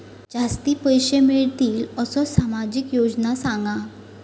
जास्ती पैशे मिळतील असो सामाजिक योजना सांगा?